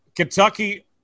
Kentucky